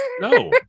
No